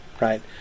right